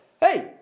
hey